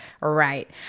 Right